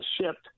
shipped